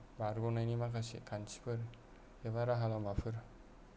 बारग'नायनि माखासे खान्थिफोर बा राहा लामाफोर